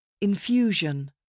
Infusion